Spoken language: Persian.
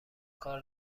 کار